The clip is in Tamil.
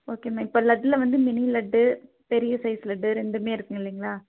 ஓகே மேம் இப்போ லட்டில் வந்து மினி லட்டு பெரிய சைஸ் லட்டு ரெண்டுமே இருக்குதில்லைங்ளா